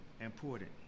important